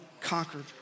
conquered